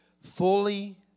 fully